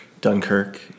Dunkirk